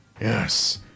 Yes